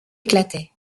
éclatait